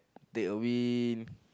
take a wind